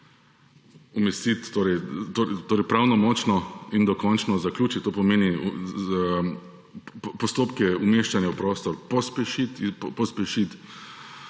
pravnomočno in dokončno zaključiti. To pomeni postopke umeščanja v prostor pospešiti, pospešiti